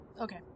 Okay